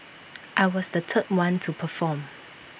I was the third one to perform